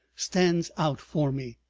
stands out for me.